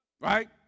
right